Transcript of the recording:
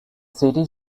city